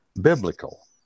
biblical